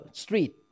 street